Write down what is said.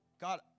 God